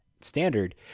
Standard